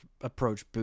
approach